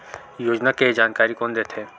योजना के जानकारी कोन दे थे?